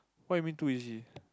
what you mean too easy